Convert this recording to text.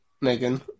Megan